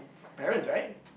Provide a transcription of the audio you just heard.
parents right